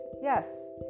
yes